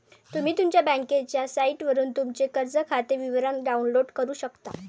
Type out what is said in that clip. तुम्ही तुमच्या बँकेच्या साइटवरून तुमचे कर्ज खाते विवरण डाउनलोड करू शकता